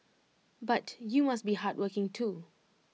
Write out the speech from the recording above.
but you must be hardworking too